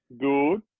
Good